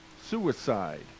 Suicide